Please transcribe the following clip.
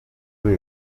buri